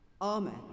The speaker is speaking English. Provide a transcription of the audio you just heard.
Amen